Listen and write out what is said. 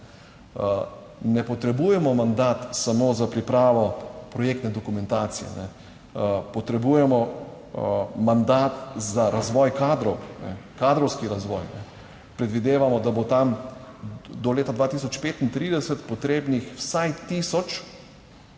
Ne potrebujemo mandat samo za pripravo projektne dokumentacije. Potrebujemo mandat za razvoj kadrov, kadrovski razvoj. Predvidevamo, da bo tam do leta 2035 potrebnih vsaj tisoč,